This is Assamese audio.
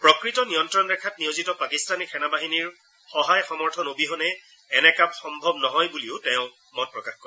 প্ৰকৃত নিয়ন্ত্ৰণ ৰেখাত নিয়োজিত পাকিস্তানী সেনা বাহিনীৰ সহায় সমৰ্থন অবিহনে এনে কাম সম্ভৱ নহয় বুলিও তেওঁ মত প্ৰকাশ কৰে